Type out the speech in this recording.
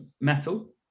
metal